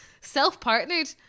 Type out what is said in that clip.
self-partnered